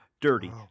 dirty